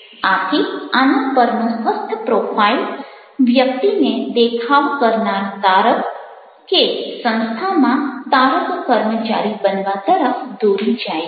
આથી આના પરનો સ્વસ્થ પ્રોફાઇલ વ્યક્તિને દેખાવ કરનાર તારક કે સંસ્થામાં તારક કર્મચારી બનવા તરફ દોરી જાય છે